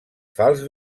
fals